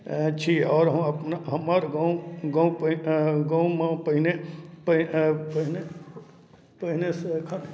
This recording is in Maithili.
छी आओर हम अपना हमर गाँव गाँव गाँवमे पहिने पहिने पहिनेसँ एखन